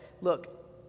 look